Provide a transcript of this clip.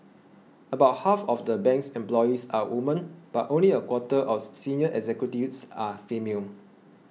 about half of the bank's employees are women but only a quarter of senior executives are female